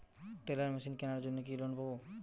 Teller machine কেনার জন্য কি লোন পাব?